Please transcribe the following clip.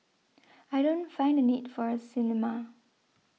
I don't find the need for a cinema